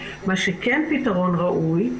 הלאה.